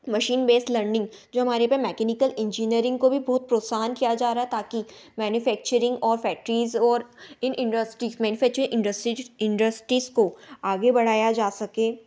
machine based learning जो हमारे पर मैकेनिकल इंजीनियरिंग को भी बहुत प्रोत्साहन किया जा रहा है ताकी मैन्यूफैक्चरिंग और फैक्टरिज़ और इन इंडस्ट्रीज मैनूफैचरे इंडस्ट्रीज इंडस्ट्रीज को आगे बढ़ाया जा सके